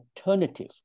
alternative